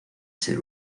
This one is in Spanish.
ser